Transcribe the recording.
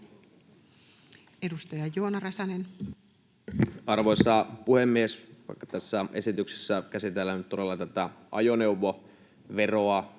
Edustaja Joona Räsänen. Arvoisa puhemies! Vaikka tässä esityksessä käsitellään nyt tätä ajoneuvoveroa,